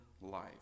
life